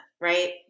right